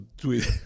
tweet